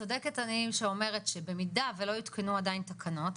צודקת מי שאומרת שבמידה ולא יותקנו עדיין תקנות,